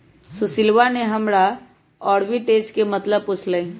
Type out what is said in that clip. सुशीलवा ने हमरा आर्बिट्रेज के मतलब पूछ लय